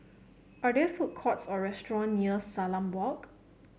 are there food courts or restaurant near Salam Walk